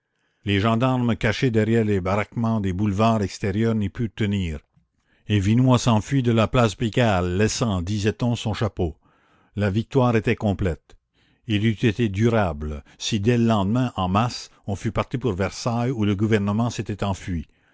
les gendarmes cachés derrière les baraquements des boulevards extérieurs n'y purent tenir et vinoy s'enfuit de la plage pigalle laissant disait-on son chapeau la victoire était complète elle eût été durable si dès le lendemain en masse on fût parti pour versailles où le gouvernement s'était enfui